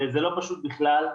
זה לא פשוט בכלל,